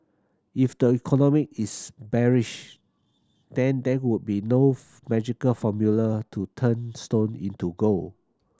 if the economy is bearish then there would be no magical formula to turn stone into gold